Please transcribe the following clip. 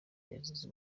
yazize